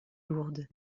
lourdes